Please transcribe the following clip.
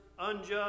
unjust